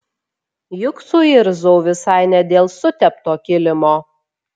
juk suirzau visai ne dėl sutepto kilimo